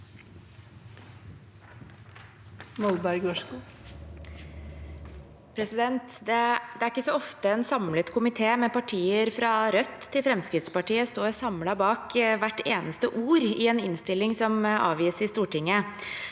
Det er ikke så ofte en komité med partier fra Rødt til Fremskrittspartiet står samlet bak hvert eneste ord i en innstilling som avgis i Stortinget.